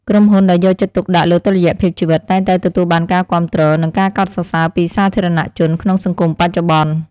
ក្រុមហ៊ុនដែលយកចិត្តទុកដាក់លើតុល្យភាពជីវិតតែងតែទទួលបានការគាំទ្រ និងការកោតសរសើរពីសាធារណជនក្នុងសង្គមបច្ចុប្បន្ន។